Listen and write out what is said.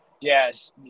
Yes